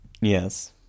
Yes